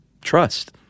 trust